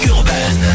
Urban